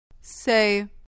Say